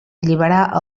alliberar